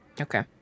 Okay